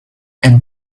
and